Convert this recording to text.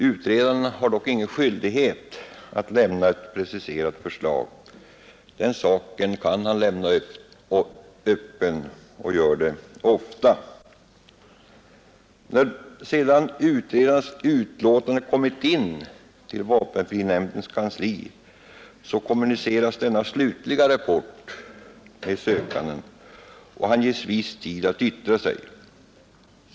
Utredaren har dock ingen skyldighet att lämna ett preciserat förslag. Den saken kan han lämna öppen och gör det ofta. Sedan utredarens utlåtande kommit in till vapenfrinämndens kansli kommuniceras denna slutliga rapport med sökanden, och han ges viss tid att yttra sig.